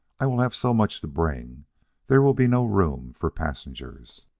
i will have so much to bring there will be no room for passengers.